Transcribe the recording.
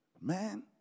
Man